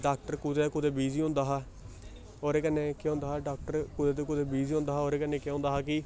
doctor कुदै ना कुदै बिजी होंदा हा ओह्दे कन्नै केह् होंदा हा डाक्टर कुदै ना कुदै बिजी होंदा हा ओह्दे कन्नै केह् होंदा हा कि